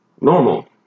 normal